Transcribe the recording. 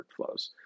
workflows